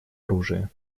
оружия